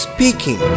Speaking